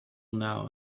now